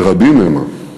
ורבים המה,